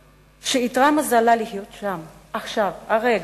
שאיתרע מזלה להיות שם, עכשיו, הרגע.